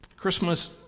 Christmas